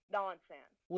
nonsense